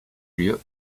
lieu